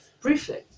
Briefly